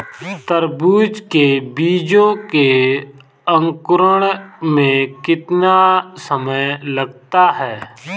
तरबूज के बीजों के अंकुरण में कितना समय लगता है?